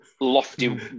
lofty